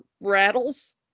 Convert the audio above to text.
rattles